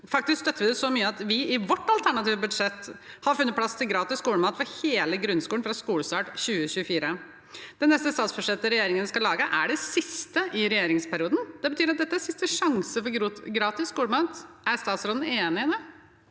Faktisk støtter vi det så mye at vi i vårt alternative budsjett har funnet plass til gratis skolemat for hele grunnskolen fra skolestart i 2024. Det neste statsbudsjettet regjeringen skal lage, er det siste i regjeringsperioden. Det betyr at dette er siste sjanse for gratis skolemat. Er statsråden enig i det?